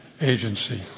agency